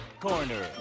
Corner